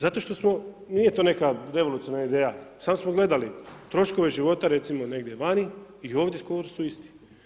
Zato što smo, nije to neka revolucionarna ideja, samo smo gledali, troškovi života recimo negdje vani i ovdje, skoro su isti.